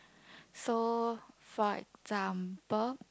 so for example